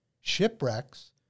shipwrecks